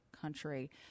country